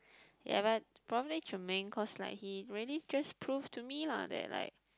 ya but probably Choon-Meng cause like he really just prove to me lah that like